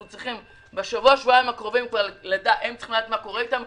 הם צריכים לדעת בשבוע הקרוב מה קורה אתם?